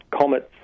comets